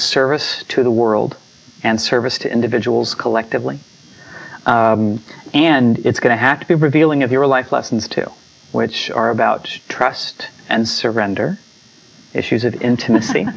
service to the world and service to individuals collectively and it's going to have to be revealing of your life lessons too which are about trust and surrender issues of intimacy